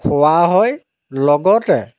খোৱা হয় লগতে